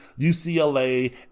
UCLA